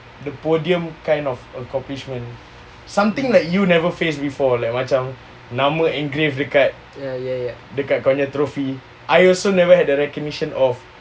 the podium kind of accomplishment something that you never face before like macam nama engraved dekat dekat kau nya trophy I also never had the recognition of